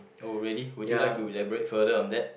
oh really would you like to elaborate further on that